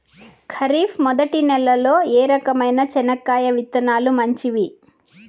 ఖరీఫ్ మొదటి నెల లో ఏ రకమైన చెనక్కాయ విత్తనాలు మంచివి